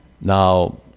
Now